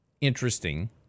interesting